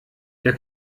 der